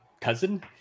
cousin